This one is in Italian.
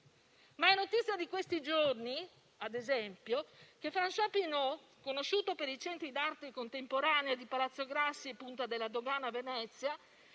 È notizia di questi giorni - ad esempio - che *François* *Pinault,* conosciuto per i centri d'arte contemporanea di Palazzo Grassi e Punta della Dogana a Venezia,